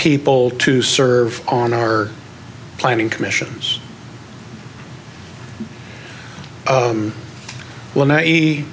people to serve on our planning commissions well now